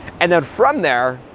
and then from there,